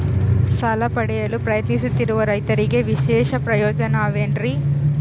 ಸಾಲ ಪಡೆಯಲು ಪ್ರಯತ್ನಿಸುತ್ತಿರುವ ರೈತರಿಗೆ ವಿಶೇಷ ಪ್ರಯೋಜನ ಅವ ಏನ್ರಿ?